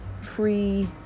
free